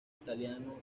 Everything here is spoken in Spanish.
italiano